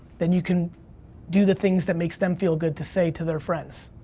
then, you can do the things that makes them feel good to say to their friends.